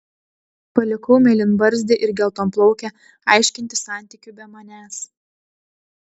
palikau mėlynbarzdį ir geltonplaukę aiškintis santykių be manęs